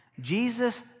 Jesus